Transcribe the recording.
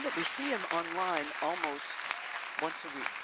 we see him online almost once a